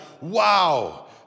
wow